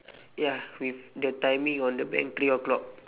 ya with the timing on the bank three o'clock